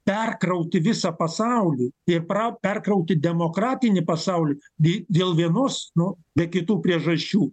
perkrauti visą pasaulį ir pra perkrauti demokratinį pasaulį nei dėl vienos nu be kitų priežasčių